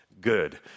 good